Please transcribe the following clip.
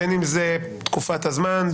בין אם זאת תקופת הזמן,